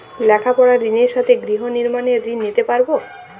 লেখাপড়ার ঋণের সাথে গৃহ নির্মাণের ঋণ নিতে পারব?